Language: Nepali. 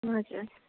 हजुर